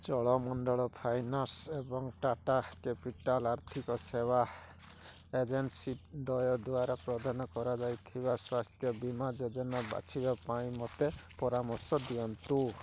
Cholamandalam finance ଏବଂ Tata capital ଆର୍ଥିକ ସେବା ଏଜେନ୍ସି ଦ୍ୱୟ ଦ୍ଵାରା ପ୍ରଦାନ କରାଯାଇଥିବା ସ୍ୱାସ୍ଥ୍ୟ ବୀମା ଯୋଜନା ବାଛିବା ପାଇଁ ମୋତେ ପରାମର୍ଶ ଦିଅନ୍ତୁ